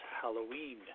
Halloween